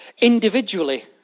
Individually